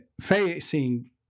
facing